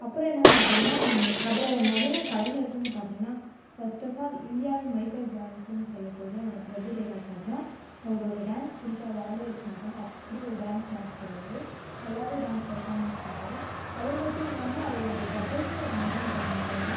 அப்புறம் என்னனு பார்த்தீங்கனா பிரபல நடனக் கலைஞர்கள்னு பார்த்தீங்கனா ஃபர்ஸ்ட் அஃப் ஆல் இந்தியாவின் மைக்கெல் ஜாக்சன்னு சொல்லக்கூடிய நம்ம பிரபுதேவா சார் தான் அவரோட டேன்ஸ் பிடிக்காத ஆளே இருக்க மாட்டாங்கள் அப்படி ஒரு டேன்ஸ் மாஸ்டர் அவர் நல்லாவே டேன்ஸ் பெர்பார்மன்ஸ் பண்ணுவார் அவர் மட்டும் இல்லாமல் அவரோடைய பிரதர்ஸ்சூம் ஒரு நடன கலைஞர்கள் தான்